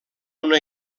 una